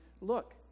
look